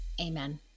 Amen